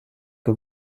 que